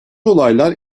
olaylar